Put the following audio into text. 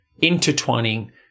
intertwining